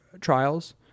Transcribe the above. trials